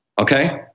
Okay